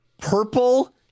purple